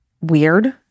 weird